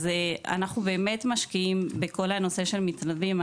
אז אנחנו באמת משקיעים בכל הנושא של מתנדבים,